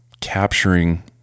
capturing